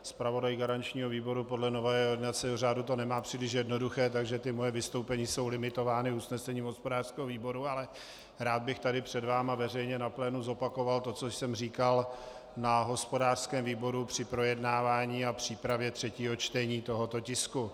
Zpravodaj garančního výboru podle nového jednacího řádu to nemá příliš jednoduché, takže ta moje vystoupení jsou limitována usnesením hospodářského výboru, ale rád bych tady před vámi na plénu veřejně zopakoval to, co jsem říkal na hospodářském výboru při projednávání a přípravě třetího čtení tohoto tisku.